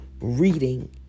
reading